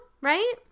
Right